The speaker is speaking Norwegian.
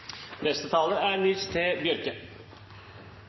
Neste taler er